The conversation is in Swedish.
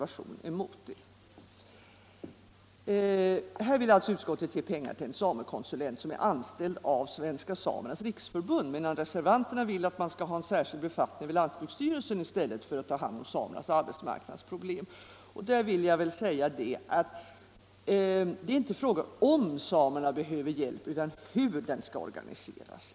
Utskottet vill ge pengar till en samekonsulent anställd av Svenska samernas riksförbund, medan reservanterna vill att man skall inrätta en särskild befattning vid lantbruksstyrelsen för att ta hand om samernas arbetsmarknadsproblem. Jag vill påpeka att det inte är fråga om samerna behöver hjälp, utan hur den skall organiseras.